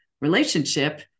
relationship